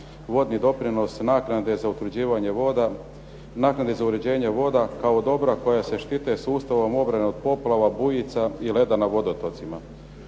vodni doprinos, naknade za utvrđivanje voda, naknade za uređenje voda kao dobra koja se štite sustavom obrane od poplava, bujica i leda … /Govornik